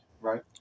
Right